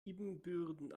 ibbenbüren